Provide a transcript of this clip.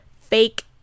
fake